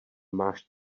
máš